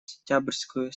сентябрьскую